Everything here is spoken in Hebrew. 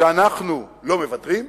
שאנחנו לא מוותרים,